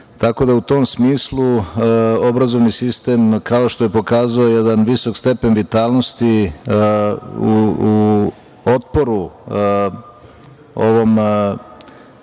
Tako da u tom smislu obrazovni sistem, kao što je pokazao jedan visok stepen vitalnosti u otporu ovom